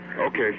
okay